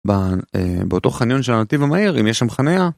באותו חניון של הנתיבה מהר אם יש שם חניה